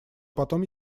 потом